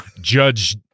Judge